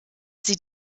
sie